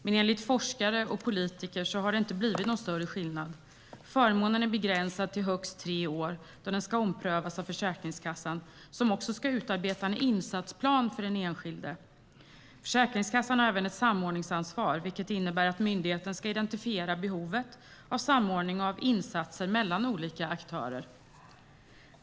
Men enligt forskare och politiker har det inte blivit någon större skillnad. Förmånen är begränsad till högst tre år, då den ska omprövas av Försäkringskassan, som också ska utarbeta en insatsplan för den enskilde. Försäkringskassan har även ett samordningsansvar, vilket innebär att myndigheten ska identifiera behovet av samordning av insatser mellan olika aktörer.